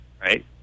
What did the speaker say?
right